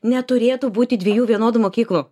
neturėtų būti dviejų vienodų mokyklų